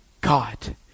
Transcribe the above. God